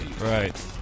Right